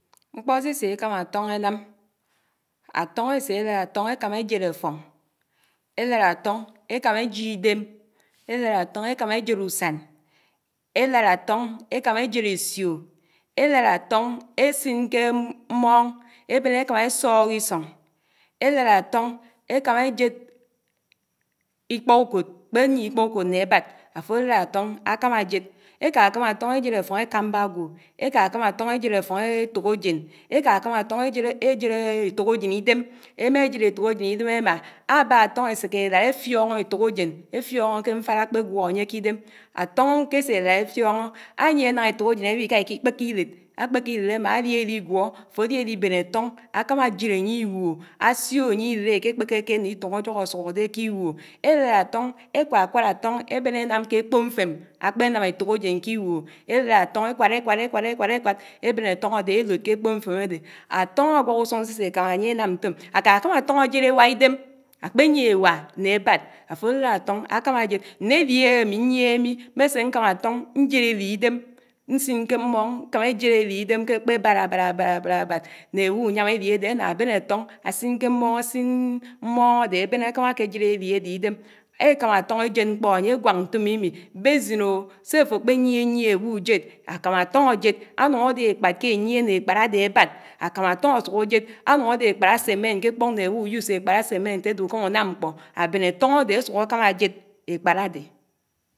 Mpó sésé ékámá áfọñ énám, áfọñ ésé élád áfọñ ékámá éséd áfọñ, élád áfọñ ékámá éjídém, élád áfọñ ékámá éséd ùsán, élád áfọñ ékámá éséd ésìoì élád áfọñ ékámá éséd íkpáùkod, ákpéyie íkpáùkọd ñné ábád áfò álád áfọñ ákámá áséd, ékákámá áfọñ éséd áfóñ ékánbá ágwò ékákámá áfóñ éséd áfóñ étòkásén, ékákámá áfóñ éséd éséd éfòkásén ídém, émá éséd éfókásén, éffiómó ké mfád ákpégwò ányé ƙidém, áfóñ késélád éffiómó, ányié náhá éfókásén áwíká íkí kpiké íléd, ákpéke iled ámá áli aligwò áfò ali-alibén áfóñ ákámá ájéd ányé íwùò ásio ányé ired ékéipékéké né ítùñ ájógó ásùhù dé kwùò, élád áfóñ, ékwákwád áfóñ ébén énám ké ékpò-mfém ákpénám éfòkásén ƙwùò. élád áfòñ ékwád ékwád ékwád ékwád ékwád, ébén áfóñ ádé élòd ké ékpò-mfém ádé. Áfóñ ágwák ùsùñ sésé ékámá ányé énám ñfóm. Áƙákámá áfóñ ájéd éwá idém, ákpéyié éwá né ábád áfó álád áfóñ ákámá ájéd, ñne éli ámí ñyiéhé mi, mmésé ñkámá áfóñ ñséd éli ídém, ñsín ké mmóñ ékámá éséd élj ídém ké ákpé ábád ábád ábád ábád ábád né áwù ùyám éli ádé, áná ábén átóñ ásjn ké mmóñ ásin mmóñ ádé ábén ákámá ákéséd eli ádé ídém, ékámá áfóñ éséd mkpó ányégwák ñtòmimi, básínó, sé áfó kpéyiéyié áwù ùjéd ákámá áfóñ ájéd, ánùñ ádé ékpád ásémén ƙékpók né áwù ùjùs ékpád ásémén ádé ùkámá ùnám mkpó, ábén áfóñ ádé ásùk ákámd ájéd ékpád ádé